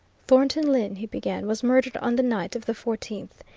thornton lyne, he began, was murdered on the night of the fourteenth.